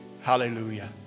Hallelujah